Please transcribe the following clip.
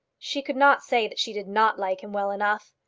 she could not say that she did not like him well enough.